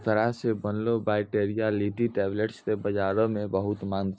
एकरा से बनलो वायटाइलिटी टैबलेट्स के बजारो मे बहुते माँग छै